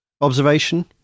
observation